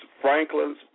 Franklin's